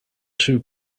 two